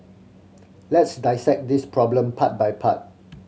let's dissect this problem part by part